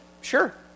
Sure